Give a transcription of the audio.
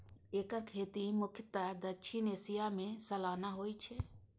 एकर खेती मुख्यतः दक्षिण एशिया मे सालाना होइ छै